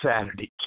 Saturday